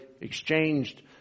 exchanged